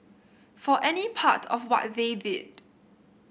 for any part of what they did